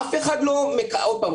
עוד פעם,